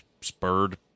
spurred